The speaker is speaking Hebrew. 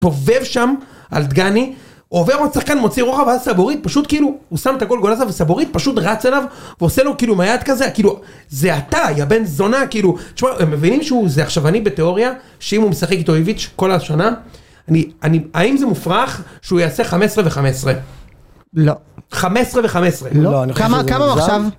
פובב שם על דגני עובר מצחקן מוציא רוחב הסבורית פשוט כאילו הוא שם את הגולגולה וסבורית פשוט רץ עליו ועושה לו כאילו מייד כזה כאילו זה עתה יא בן זונה כאילו אתם מבינים שהוא זה עכשווני בתיאוריה שאם הוא משחק איתו איביץ' כל השנה האם זה מופרך שהוא יעשה חמש עשרה וחמש עשרה לא חמש עשרה וחמש עשרה לא אני חושב שזה מזר